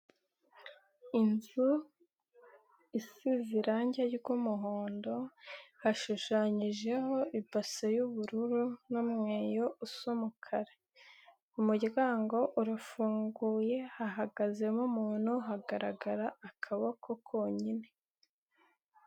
Inzu isize irangi ry'umuhondo, hashushanyijeho ibase y'ubururu, n'umweyo usa umukara. Umuryango urafunguye, hahagazemo umuntu hagaragara akaboko konyine.